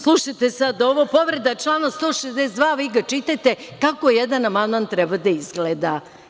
Slušajte sada ovo, povreda je člana 162. vi ga čitate kako jedan amandman treba da izgleda.